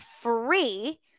free